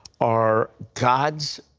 are god's